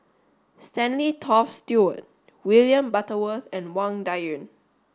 Stanley Toft Stewart William Butterworth and Wang Dayuan